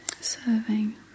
serving